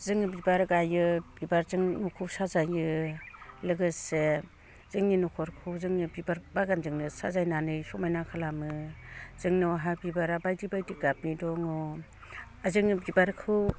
जों बिबार गायो बिबारजों न'खौ साजायो लोगोसे जोंनि न'खरखौ जोङो बिबार बागानजोंनो साजायनानै समायना खालामो जोंनियावहाय बिबारा बायदि बायदि गाबनि दङ जोङो बिबारखौ